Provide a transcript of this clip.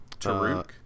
Taruk